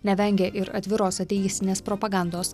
nevengė ir atviros ateistinės propagandos